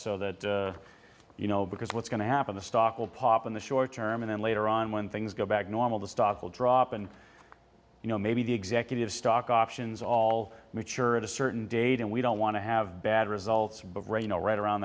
so that you know because what's going to happen the stock will pop in the short term and then later on when things go back normal the stock will drop and you know maybe the executives stock options all mature at a certain date and we don't want to have bad results but right now right around